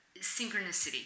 synchronicity